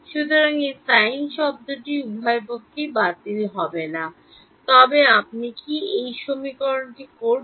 সুতরাং সেই sine শব্দটি উভয় পক্ষেই বাতিল হবে না তবে আপনি কী করবেন